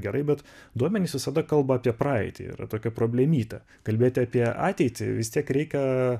gerai bet duomenys visada kalba apie praeitį yra tokia problemytė kalbėti apie ateitį vis tiek reikia